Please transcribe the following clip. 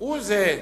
הוא זה,